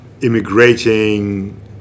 Immigrating